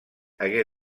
hagué